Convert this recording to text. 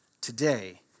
today